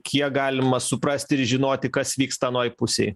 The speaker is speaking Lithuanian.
kiek galima suprasti ir žinoti kas vyksta anoj pusėj